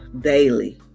daily